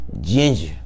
Ginger